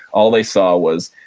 all they saw was,